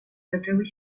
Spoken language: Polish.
zaczęły